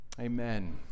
Amen